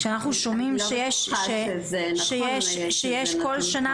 כשאנחנו שומעים שכל שנה